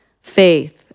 faith